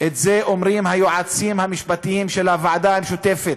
את זה אומרים היועצים המשפטיים של הוועדה המשותפת,